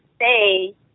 say